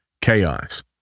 chaos